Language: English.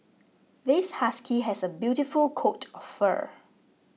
this husky has a beautiful coat of fur